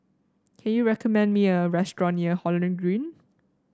can you recommend me a restaurant near Holland Green